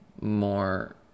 more